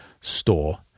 store